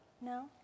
No